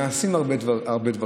נעשים הרבה דברים.